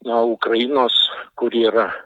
na ukrainos kuri yra